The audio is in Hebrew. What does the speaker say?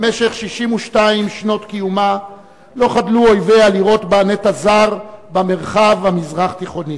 במשך 62 שנות קיומה לא חדלו אויביה לראות בה נטע זר במרחב המזרח-תיכוני.